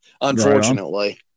Unfortunately